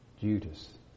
Judas